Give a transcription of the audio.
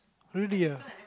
really ah